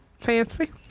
Fancy